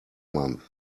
month